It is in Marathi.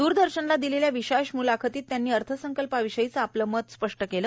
दूरदर्शनला दिलेल्या विशेष मुलाखतीत त्यांनी अर्थसंकल्पाविषयीचं आपलं मत स्पष्ट केलं